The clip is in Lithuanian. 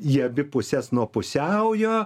į abi puses nuo pusiaujo